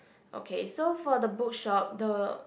okay so for the book shop the